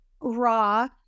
raw